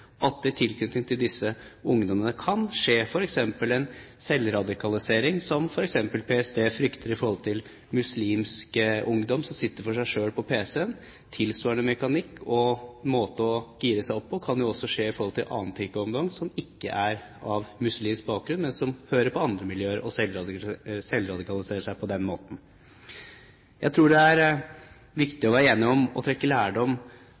at man undervurderer at det i tilknytning til disse ungdommene kan skje f.eks. en selvradikalisering som PST frykter når det gjelder muslimsk ungdom som sitter for seg selv foran pc-en. Tilsvarende mekanikk og måte å gire seg opp på kan også skje med andre typer ungdommer som ikke har muslimsk bakgrunn, men som hører på andre miljøer og selvradikaliserer seg på den måten. Jeg tror det er viktig å være enige om å trekke lærdom